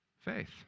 faith